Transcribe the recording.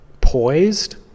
poised